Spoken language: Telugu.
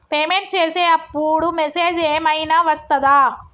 పేమెంట్ చేసే అప్పుడు మెసేజ్ ఏం ఐనా వస్తదా?